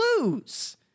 lose